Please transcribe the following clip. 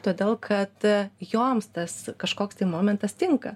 todėl kad joms tas kažkoks tai momentas tinka